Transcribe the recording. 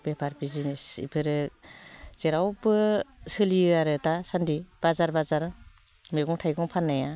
बेफार बिजिनेस इफोरो जेरावबो सोलियोआरो दासान्दि बाजार बाजार मैगं थाइगं फाननाया